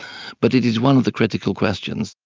but it is one of the critical questions.